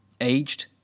aged